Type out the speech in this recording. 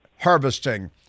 harvesting